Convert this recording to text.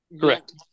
Correct